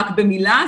רק במילה,